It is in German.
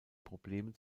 problemen